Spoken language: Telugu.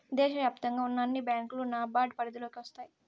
దేశ వ్యాప్తంగా ఉన్న అన్ని బ్యాంకులు నాబార్డ్ పరిధిలోకి వస్తాయి